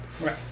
Right